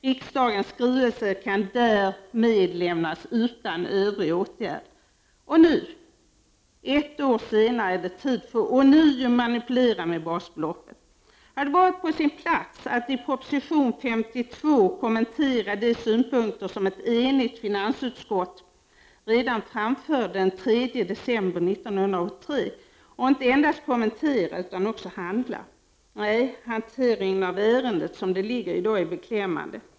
Riksdagens skrivelse kan därmed lämnas utan övrig åtgärd. Och nu ett år senare är det tid för att ånya manipulera med basbeloppet. Det hade varit på sin plats att i proposition 52 kommentera de synpunkter som ett enigt finansutskott framförde redan den 3 december 1983 och inte endast kommentera utan också handla. Nej, hanteringen av ärendet som det ligger i dag är beklämmande.